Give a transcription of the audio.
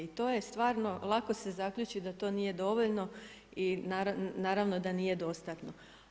I to je stvarno, lako se zaključi da to nije dovoljno i naravno da nije dostatno.